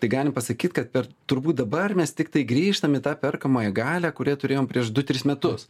tai galim pasakyt kad per turbūt dabar mes tiktai grįžtam į tą perkamąją galią kurią turėjom prieš du tris metus